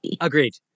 agreed